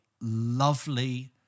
lovely